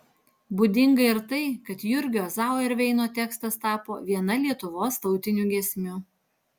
būdinga ir tai kad jurgio zauerveino tekstas tapo viena lietuvos tautinių giesmių